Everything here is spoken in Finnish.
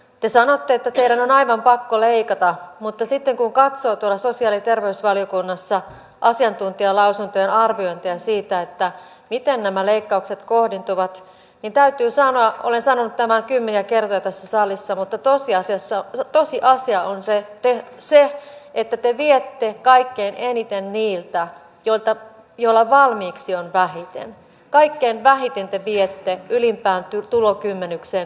gte sanoitte kerran aivan pakko leikata mutta sitten kun katsotaan sosiaaliterveysvaliokunnassa asiantuntijalausuntojen arviointeja siitä hallituksen valinta kohdistaa leikkaukset juuri tasa arvon ja talouskasvun kannalta kaikista oleellisempaan alueeseen eli koulutukseen ja osaamiseen on se ettei se että te ollut yksi niistä aiheista joita joilla valmiiksi on vähiten kaikkein vähiten te viette ylimpään tulokymmenykseen